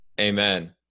Amen